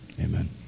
Amen